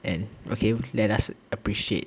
and okay let us appreciate